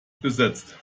besetzt